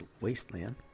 Wasteland